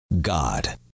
God